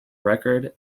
record